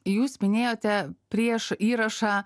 jūs minėjote prieš įrašą